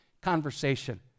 conversation